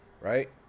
right